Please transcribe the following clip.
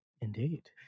Indeed